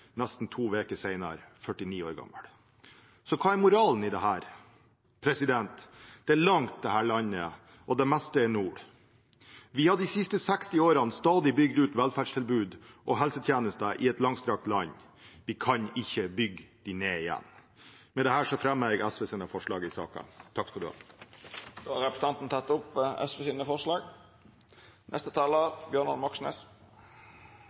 nesten to uker senere, 49 år gammel. Hva er moralen i dette? Det er langt, dette landet, og det meste er nord. Vi har de siste 60 årene stadig bygget ut velferdstilbud og helsetjenester i et langstrakt land. Vi kan ikke bygge dem ned igjen. Med dette fremmer jeg SVs forslag i saken. Representanten Marius Meisfjord Jøsevold har teke opp